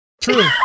true